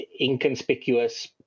inconspicuous